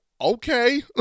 okay